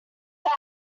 back